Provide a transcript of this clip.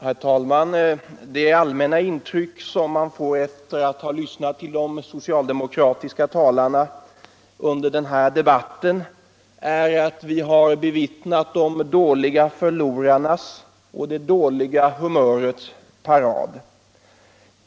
Herr talman! Det allmänna intryck man har efter att ha lyssnat till de socialdemokratiska talarna under den här debawuten är att vi har bevittnat de dåliga förlorarnas och det dåliga humörets parad.